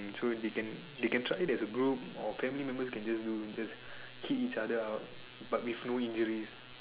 so they can they can sign as a group or family members can just do just hit each other out but with few injuries